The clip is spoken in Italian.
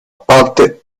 parte